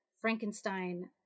Frankenstein